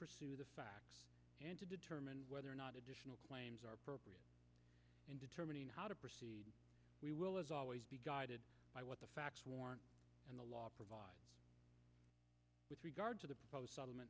pursue the facts and to determine whether or not additional claims are in determining how to proceed we will as always be guided by what the facts warrant and the law provides with regard to the